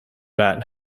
bat